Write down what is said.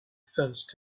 sensed